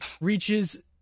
reaches